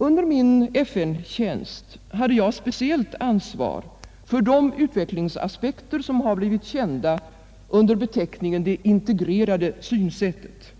Under min FN-tjänst hade jag speciellt ansvar för de utvecklingsaspekter som har blivit kända under beteckningen det integrerade synsättet.